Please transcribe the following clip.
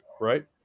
right